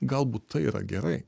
galbūt tai yra gerai